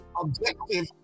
objective